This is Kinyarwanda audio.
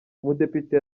umudepite